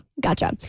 Gotcha